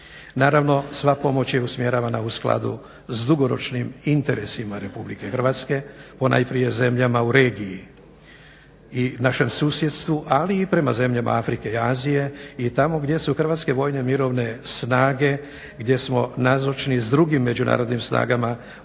Naravno sva pomoć je usmjeravana u skladu s dugoročnim interesima RH ponajprije zemljama u regiji i našem susjedstvu ali i prema zemljama Afrike i Azije i tamo gdje su hrvatske mirovine vojne snage gdje smo nazočni s drugim međunarodnim snagama u mirovnim